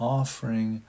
offering